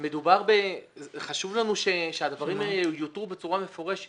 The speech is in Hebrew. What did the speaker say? הדבר הבסיסי הוא לא לקחת את הקיצוניות השנייה.